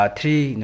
three